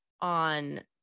on